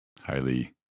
highly